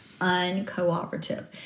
uncooperative